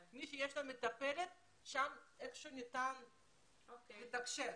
מי שיש לו מטפלת, איכשהו ניתן שם לתקשר.